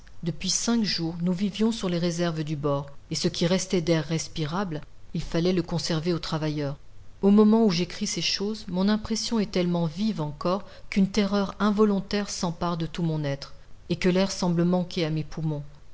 depuis cinq jours nous vivions sur les réserves du bord et ce qui restait d'air respirable il fallait le conserver aux travailleurs au moment où j'écris ces choses mon impression est tellement vive encore qu'une terreur involontaire s'empare de tout mon être et que l'air semble manquer à mes poumons